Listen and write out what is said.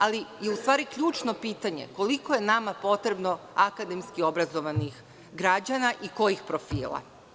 Ali, u stvari je ključno pitanje – koliko je nama potrebno akademski obrazovanih građana i kojih profila.